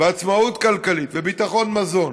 עצמאות כלכלית וביטחון מזון